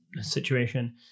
situation